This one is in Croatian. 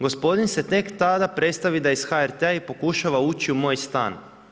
Gospodin se tek tada predstavi da je iz HRT-a i pokušava ući u moj stan.